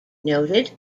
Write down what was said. noted